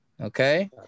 Okay